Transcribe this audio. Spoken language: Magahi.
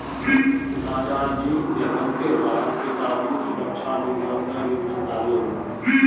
दादाजीर देहांतेर बा द पिताजी सुरक्षा बीमा स ऋण चुका ले